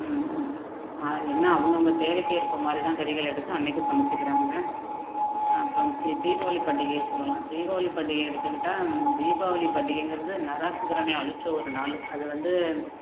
மாதிரி என்ன அவங்கவுங்க தேவைக்கேற்ப மாதிரி தான் கறிகள் எடுத்து அன்றைக்கும் சமைச்சிக்கிறாங்க அப்புறம் தீ தீபாவளி பண்டிகையை சொல்லலாம் தீபாவளி பண்டிகையை எடுத்துக்கிட்டால் தீபாவளி பண்டிகைங்கிறது நராகாசுரன அழிச்ச ஒரு நாள் அது வந்து